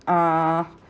uh